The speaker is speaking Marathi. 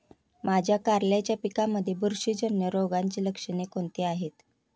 माझ्या कारल्याच्या पिकामध्ये बुरशीजन्य रोगाची लक्षणे कोणती आहेत?